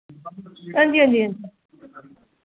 हांजी हांजी हांजी